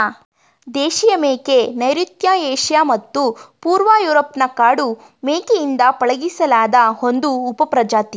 ದೇಶೀಯ ಮೇಕೆ ನೈಋತ್ಯ ಏಷ್ಯಾ ಮತ್ತು ಪೂರ್ವ ಯೂರೋಪ್ನ ಕಾಡು ಮೇಕೆಯಿಂದ ಪಳಗಿಸಿಲಾದ ಒಂದು ಉಪಪ್ರಜಾತಿ